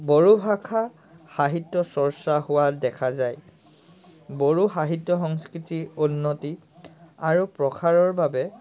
বড়ো ভাষা সাহিত্য চৰ্চা হোৱা দেখা যায় বড়ো সাহিত্য সংস্কৃতি উন্নতি আৰু প্ৰসাৰৰ বাবে